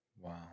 Wow